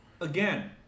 Again